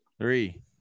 three